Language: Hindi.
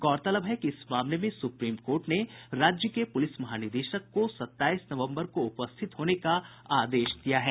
गौरतलब है कि इस मामले मे सुप्रीम कोर्ट ने राज्य के पुलिस महानिदेशक को सत्ताईस नवम्बर को उपस्थित होने का आदेश दिया है